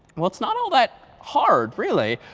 well, it's not all that hard, really.